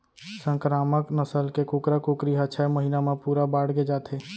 संकरामक नसल के कुकरा कुकरी ह छय महिना म पूरा बाड़गे जाथे